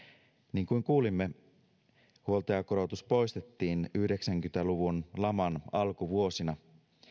niin kuin kuulimme huoltajakorotus poistettiin yhdeksänkymmentä luvun laman alkuvuosina